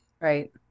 Right